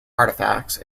artefacts